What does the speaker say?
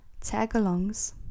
Tagalongs